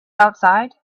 outside